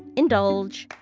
indulge,